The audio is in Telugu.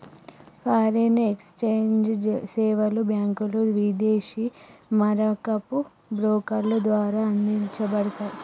ఫారిన్ ఎక్స్ఛేంజ్ సేవలు బ్యాంకులు, విదేశీ మారకపు బ్రోకర్ల ద్వారా అందించబడతయ్